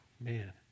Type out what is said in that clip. man